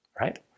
right